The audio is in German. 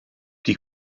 die